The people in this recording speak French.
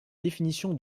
définition